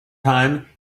time